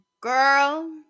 girl